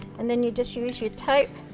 and then you just use your tape